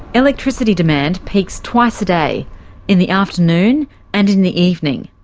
electricity demand peaks twice a day in the afternoon and in the evening.